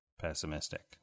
pessimistic